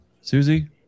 Susie